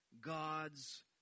God's